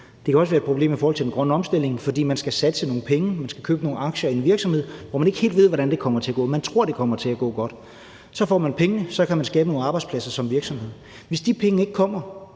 Det kan også være et problem i forhold til den grønne omstilling, fordi man skal satse nogle penge, man skal købe nogle aktier i en virksomhed, hvor man ikke helt ved, hvordan det kommer til at gå. Man tror, det kommer til at gå godt, og så får man pengene og kan skabe nogle arbejdspladser som virksomhed. Hvis de penge ikke kommer,